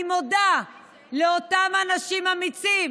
אני מודה לאותם אנשים אמיצים